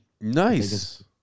nice